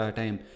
time